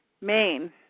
Maine